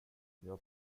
jag